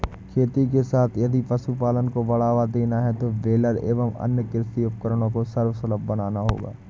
खेती के साथ यदि पशुपालन को बढ़ावा देना है तो बेलर एवं अन्य कृषि उपकरण को सर्वसुलभ बनाना होगा